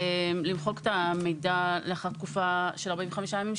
למחוק את המידע לאחר תקופה של 45 ימים,